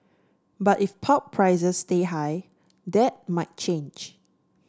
but if pulp prices stay high that might change